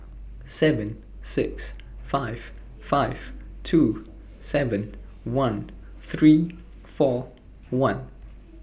seven six five five two seven one three four one